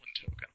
token